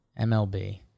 MLB